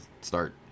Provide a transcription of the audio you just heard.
start